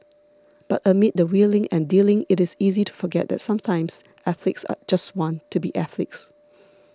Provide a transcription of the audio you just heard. but amid the wheeling and dealing it is easy to forget that sometimes athletes just want to be athletes